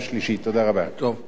רבותי,